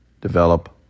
develop